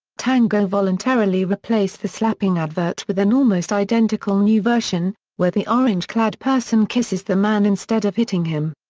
tango voluntarily replaced the slapping advert with an almost-identical new version, where the orange-clad person kisses the man instead of hitting him.